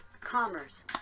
commerce